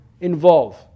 involve